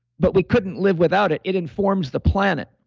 but we couldn't live without it. it informs the planet